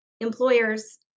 employers